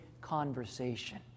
conversation